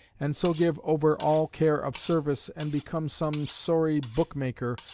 and so give over all care of service, and become some sorry book-maker,